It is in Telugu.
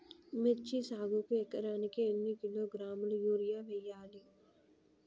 మిర్చి సాగుకు ఎకరానికి ఎన్ని కిలోగ్రాముల యూరియా వేయాలి?